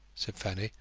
said fanny,